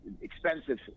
Expensive